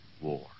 war